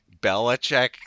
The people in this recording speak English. Belichick